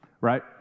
Right